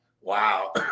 Wow